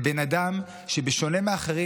זה בן אדם שבשונה מאחרים,